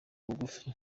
bugufi